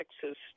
Texas